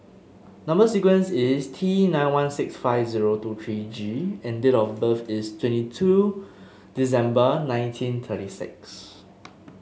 number sequence is T nine one six five zero two three G and date of birth is twenty two December nineteen thirty six